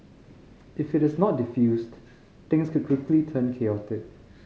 if it is not defused things could quickly turn chaotic